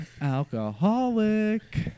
Alcoholic